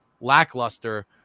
lackluster